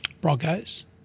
Broncos